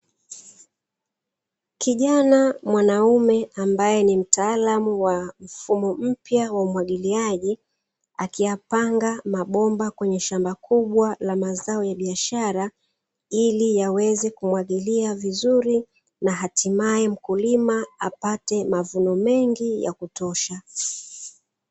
Kijana mwanaume ambaye ni mtalamu wa mfumo mpya wa umwagiliaji, akiyapanga mabomba kwenye shamba kubwa la mazao ya biashara, ili yaweze kumwagilia vizuri na hatimaye mkulima apate mavuno mengi yakutosha.